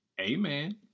amen